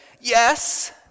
Yes